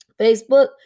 Facebook